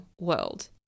world